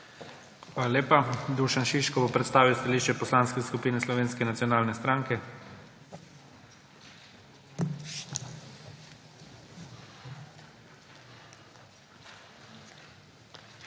Hvala lepa. Dušan Šiško bo predstavil stališče Poslanske skupine Slovenske nacionalne stranke. DUŠAN ŠIŠKO